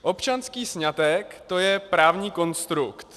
Občanský sňatek je právní konstrukt.